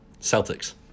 Celtics